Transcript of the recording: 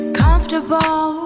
comfortable